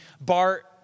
Bart